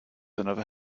another